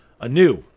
anew